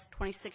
26